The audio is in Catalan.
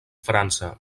frança